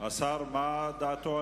מה דעת השר?